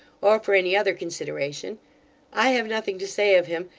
or for any other consideration i have nothing to say of him,